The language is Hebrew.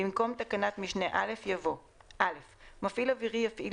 במקום תקנת משנה (א) יבוא: "(א) מפעיל אווירי יפעיל